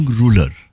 ruler